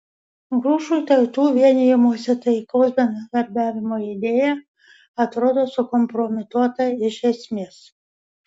grušui tautų vienijimosi taikaus bendradarbiavimo idėja atrodo sukompromituota iš esmės